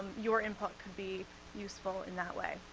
your input could be useful in that way.